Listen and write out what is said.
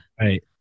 Right